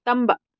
ꯇꯝꯕ